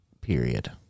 Period